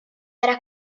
era